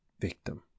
victim